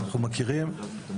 אנחנו מכירים.